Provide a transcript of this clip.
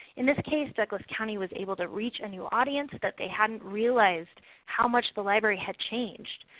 in this case, douglas county was able to reach a new audience that they hadn't realized how much the library had changed.